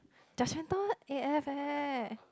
judgmental A F eh